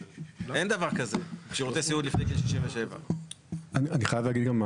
אין דבר כזה שירותי סיעוד לפני גיל 67. אני חייב להגיד גם,